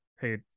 hey